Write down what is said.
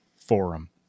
forum